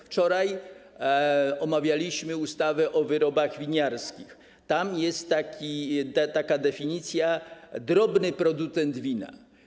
Wczoraj omawialiśmy ustawę o wyrobach winiarskich, tam jest taka definicja: „drobny producent wina”